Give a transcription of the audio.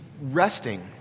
resting